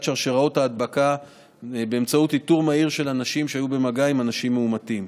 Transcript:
שרשראות ההדבקה באמצעות איתור מהיר של אנשים שהיו במגע עם אנשים מאומתים.